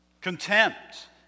contempt